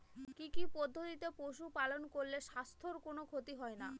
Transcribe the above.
কি কি পদ্ধতিতে পশু পালন করলে স্বাস্থ্যের কোন ক্ষতি হয় না?